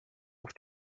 auf